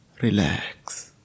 Relax